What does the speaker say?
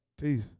Peace